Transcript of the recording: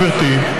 גברתי,